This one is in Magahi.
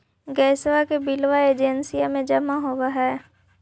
गैसवा के बिलवा एजेंसिया मे जमा होव है?